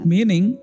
Meaning